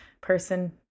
person